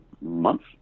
months